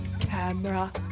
camera